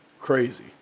Crazy